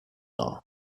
all